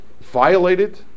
Violated